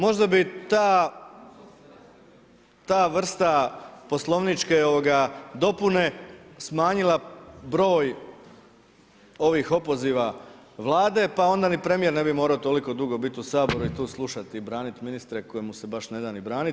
Možda bi ta vrsta poslovničke dopune smanjila broj ovih opoziva Vlade, pa onda ni premijer ne bi morao toliko dugo biti u Saboru i tu slušati i braniti ministre koje mu se baš ne da ni braniti.